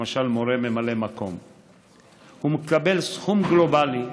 למשל מורה ממלא מקום מקבל סכום גלובלי: